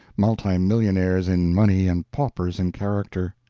multimillionaires in money and paupers in character.